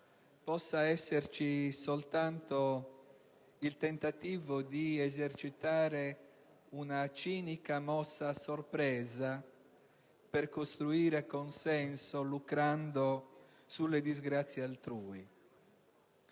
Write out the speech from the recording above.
possa esserci soltanto il tentativo di esercitare una cinica mossa a sorpresa per costruire consenso lucrando sulle disgrazie altrui.